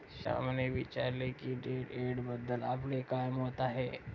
श्यामने विचारले की डेट डाएटबद्दल आपले काय मत आहे?